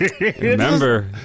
Remember